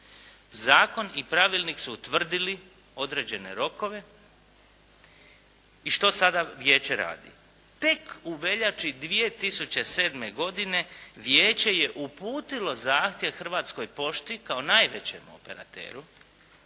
Zakon i pravilnik su utvrdili određene rokove i što sada vijeće radi? Tek u veljači 2007. godine vijeće je uputilo zahtjev Hrvatskoj pošti kao najvećem operateru,